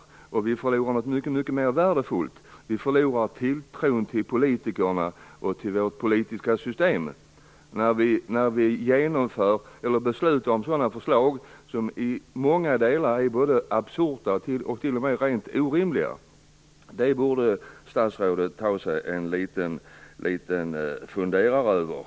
Dessutom förlorar vi något som är mycket värdefullare, nämligen tilltron till politikerna och till det politiska systemet, när vi beslutar om förslag som i många delar är absurda och t.o.m. rent orimliga. Det borde statsrådet ta sig en liten funderare över.